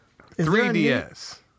3DS